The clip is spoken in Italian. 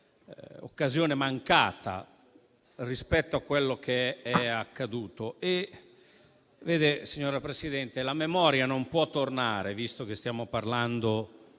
un'occasione mancata rispetto a quello che è accaduto. Vede, signora Presidente, la memoria non può non tornare, visto che stiamo parlando